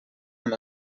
amb